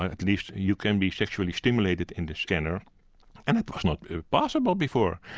at least you can be sexually stimulated in the scanner and it was not possible before.